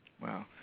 Wow